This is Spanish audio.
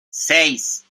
seis